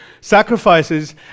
sacrifices